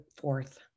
fourth